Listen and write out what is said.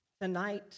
Tonight